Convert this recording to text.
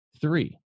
Three